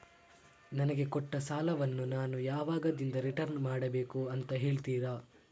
ನನಗೆ ಕೊಟ್ಟ ಸಾಲವನ್ನು ನಾನು ಯಾವಾಗದಿಂದ ರಿಟರ್ನ್ ಮಾಡಬೇಕು ಅಂತ ಹೇಳ್ತೀರಾ?